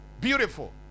Beautiful